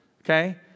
okay